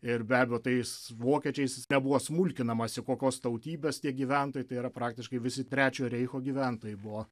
ir be abejo tais vokiečiais jis nebuvo smulkinamasi kokios tautybės tie gyventojai tai yra praktiškai visi trečiojo reicho gyventojai buvo